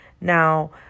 now